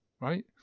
right